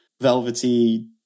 velvety